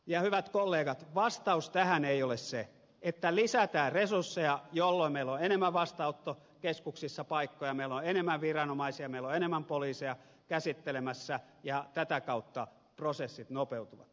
ja hyvät kollegat vastaus tähän ei ole se että lisätään resursseja jolloin meillä on vastaanottokeskuksissa enemmän paikkoja meillä on enemmän viranomaisia meillä on enemmän poliiseja käsittelemässä ja tätä kautta prosessit nopeutuvat